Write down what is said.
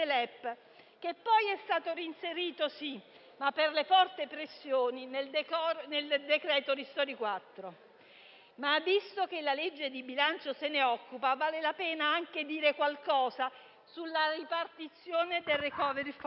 che poi è stato reinserito, ma per le forti pressioni, nel decreto-legge ristori-quattro. Visto che il disegno di legge di bilancio se ne occupa, vale la pena anche dire qualcosa sulla ripartizione del *recovery fund*.